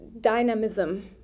dynamism